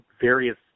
various